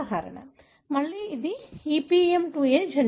మళ్లీ ఇది EPM2A జన్యువు